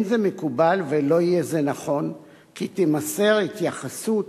לא מקובל ולא יהיה זה נכון שתימסר התייחסות